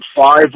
five